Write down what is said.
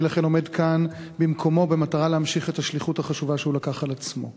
אני עומד כאן במקומו במטרה להמשיך את השליחות החשובה שהוא לקח על עצמו.